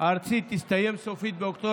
עוד יעירו לי על מה